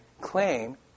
claim